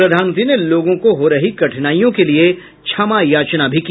प्रधानमंत्री ने लोगों को हो रही कठिनाइयों के लिए क्षमायाचना भी की